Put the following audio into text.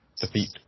defeat